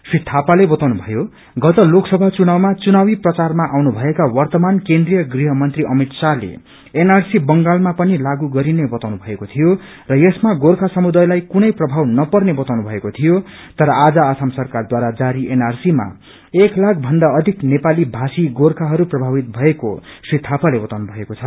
श्री थापाले बताउनु भयो गत लोकसभा चुनावमा चनावी प्रचारमा आउनु भएका वव्रमान केन्द्रिय गुहमंत्री अमित शाहले एनआरसी बंगालमा पनि लागू गरिने बाताउनु भएको थियो र यसमा गोचर्खा समुदायलाई कुनै प्रभाव नपर्ने बाताउनु भएको थियो तर आज असम सरकारद्वारा जारी एनआरसीमा एक लाख भन्दा अधिक नेपाली भाषी गोर्खाहरू प्रभावित भएको श्री थापाले बताउनु भएको छ